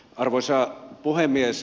arvoisa puhemies